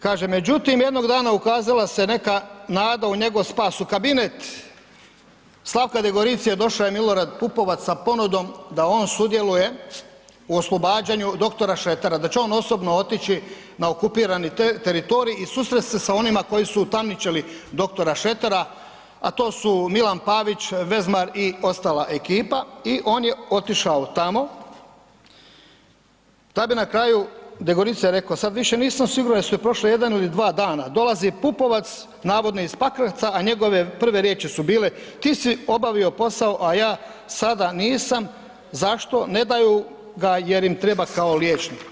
Kaže međutim jednog dana ukazala se neka nada u njegov spas, u kabinet Slavka Degoricije došao je Milorad Pupovac sa ponudom da on sudjeluje u oslobađanju doktora Šretera, da će on osobno otići na okupirani teritorij i susret se sa onima koji su utamničili doktora Šretera, a to su Milan Pavić, Vezmar i ostala ekipa, i on je otišao tamo, da bi na kraju Degoricija rek'o sad više nisam siguran jesu li prošli jedan ili dva dana, dolazi Pupovac, navodno iz Pakraca, a njegove prve riječi su bile, ti si obavio posao, a ja sada nisam, zašto?, ne daju ga jer im treba kao liječnik.